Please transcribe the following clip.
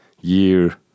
year